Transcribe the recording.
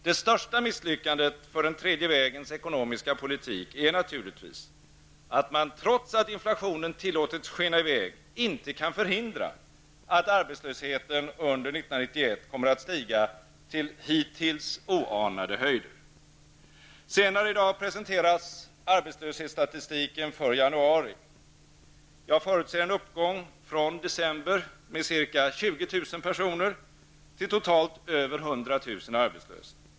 Det största misslyckandet för den tredje vägens ekonomiska politik är naturligtvis att man, trots att inflationen har tillåtits skena i väg, inte kan förhindra att arbetslösheten under 1991 stiger till hittills oanade höjder. Senare i dag kommer arbetslöshetsstatistiken för januari att presenteras. Jag förutser en uppgång från december när det gäller antalet arbetslösa med ca 20 000 till totalt över 100 000 arbetslösa.